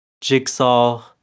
jigsaw